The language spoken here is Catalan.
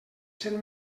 sent